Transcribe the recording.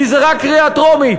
כי זה רק קריאה טרומית,